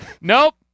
Nope